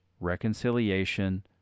Reconciliation